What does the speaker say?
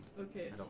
Okay